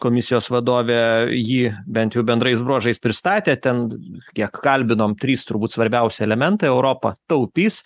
komisijos vadovė ji bent jau bendrais bruožais pristatė ten kiek kalbinom trys turbūt svarbiausi elementai europa taupys